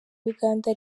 uganda